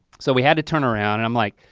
so we had to turn around and i'm like,